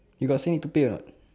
he got say need to pay or not